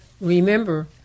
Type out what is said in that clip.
Remember